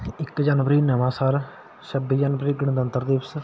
ਇੱਕ ਜਨਵਰੀ ਨਵਾਂ ਸਾਲ ਛੱਬੀ ਜਨਵਰੀ ਗਣਤੰਤਰ ਦਿਵਸ